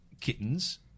kittens